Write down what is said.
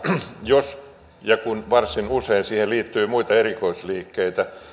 jos ja kun varsin usein siihen liittyy muita erikoisliikkeitä